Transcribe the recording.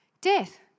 Death